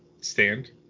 stand